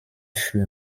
für